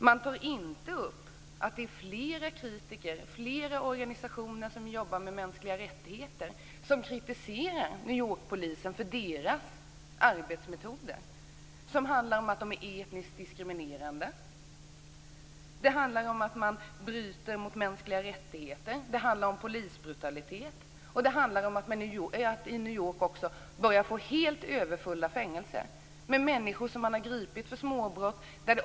Man tar inte upp att flera organisationer som jobbar för mänskliga rättigheter kritiserar New York-polisen för arbetsmetoderna. Det förekommer etnisk diskriminering, brott mot mänskliga rättigheter och polisbrutalitet. I New York börjar dessutom fängelserna bli överfulla. Där sitter människor som har gripits för småbrott.